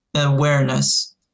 awareness